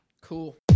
Cool